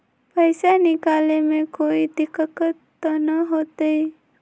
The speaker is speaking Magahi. पैसा निकाले में कोई दिक्कत त न होतई?